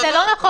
זה לא נכון.